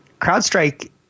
CrowdStrike